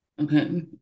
Okay